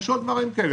יש עוד דברים כאלה,